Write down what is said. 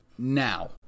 Now